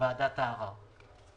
לוועדת הערר.